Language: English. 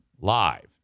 Live